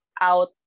out